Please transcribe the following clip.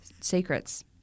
secrets